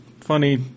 Funny